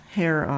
hair